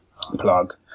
Plug